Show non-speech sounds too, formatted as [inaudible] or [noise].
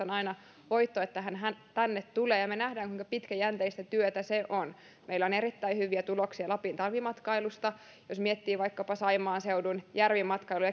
[unintelligible] on aina voitto että hän hän tänne tulee ja me näemme kuinka pitkäjänteistä työtä se on meillä on erittäin hyviä tuloksia lapin talvimatkailusta jos miettii vaikkapa saimaan seudun järvimatkailun [unintelligible]